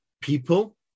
People